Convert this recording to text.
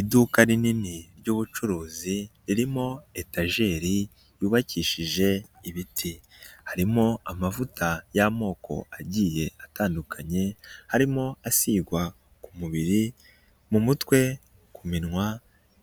Iduka rinini ry'ubucuruzi ririmo etajeri yubakishije ibiti, harimo amavuta y'amoko agiye atandukanye, harimo asigwa ku mubiri mu mutwe, ku minwa